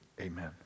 amen